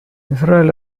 израиль